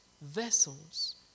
vessels